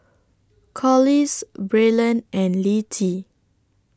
Collis Braylen and Littie